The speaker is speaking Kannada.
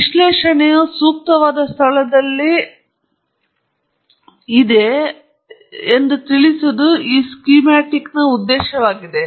ವಿಶ್ಲೇಷಣೆಯು ಸೂಕ್ತವಾದ ಸ್ಥಳದಲ್ಲಿ ನಿಮಗೆ ತಿಳಿಸುವುದು ಈ ಸ್ಕೀಮ್ಯಾಟಿಕ್ ಉದ್ದೇಶವಾಗಿದೆ